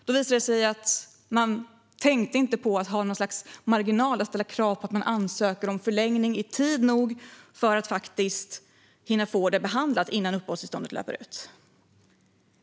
Det visades sig då att man inte tänkt på att ha en marginal för att ställa krav på att ansökningar om förlängning ska göras i god tid för att de ska hinna behandlas innan uppehållstillståndet löper ut.